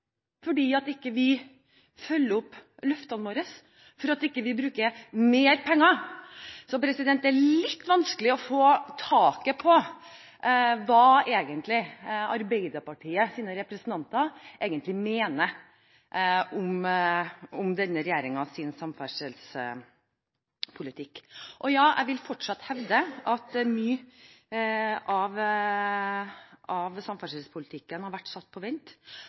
vi ikke følger opp løftene våre, fordi vi ikke bruker mer penger. Så det er litt vanskelig å få taket på hva Arbeiderpartiets representanter egentlig mener om denne regjeringens samferdselspolitikk. Jeg vil fortsatt hevde at mye av samferdselspolitikken har vært satt på vent,